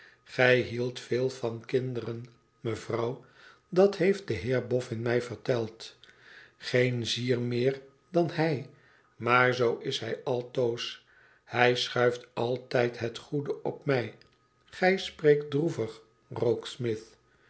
gij hieldt veel van kinderen mevrouw dat heeft de heer boffin mij verteld geen zier meer dan hij maar zoo is hij altoos hij schuift altijd het goede op mij gij spreekt droevig